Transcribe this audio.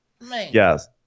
yes